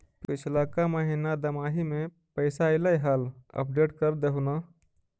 पिछला का महिना दमाहि में पैसा ऐले हाल अपडेट कर देहुन?